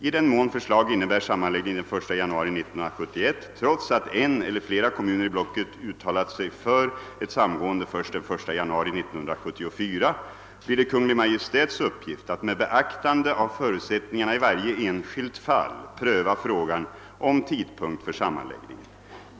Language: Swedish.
I den mån förslag innebär sammanläggning den 1 januari 1971 trots att en eller flera kommuner i blocket uttalat sig för ett samgående först den 1 januari 1974, blir det Kungl. Maj:ts uppgift att med beaktande av förutsättningarna i varje enskilt fall pröva frågan om tidpunkt för sammanläggningen.